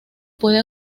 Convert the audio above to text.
puede